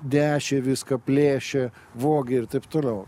nešė viską plėšė vogė ir taip toliau